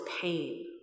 pain